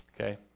Okay